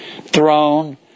throne